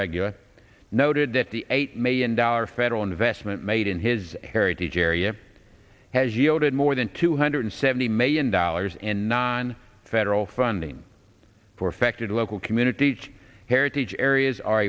regular noted that the eight million dollars federal investment made in his heritage area has yielded more than two hundred seventy million dollars and not on federal funding for affected local communities heritage areas are